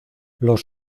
los